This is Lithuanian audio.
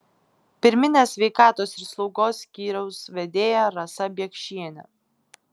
pirminės sveikatos ir slaugos skyriaus vedėja rasa biekšienė